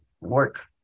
work